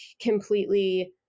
completely